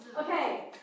Okay